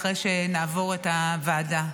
אחרי שנעבור את הוועדה.